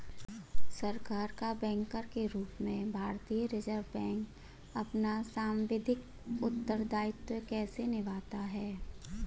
सरकार का बैंकर के रूप में भारतीय रिज़र्व बैंक अपना सांविधिक उत्तरदायित्व कैसे निभाता है?